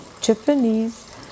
Japanese